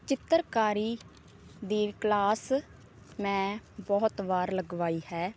ਚਿੱਤਰਕਾਰੀ ਦੀ ਕਲਾਸ ਮੈਂ ਬਹੁਤ ਵਾਰ ਲਗਵਾਈ ਹੈ